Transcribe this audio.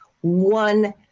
one